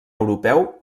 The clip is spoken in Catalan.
europeu